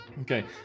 okay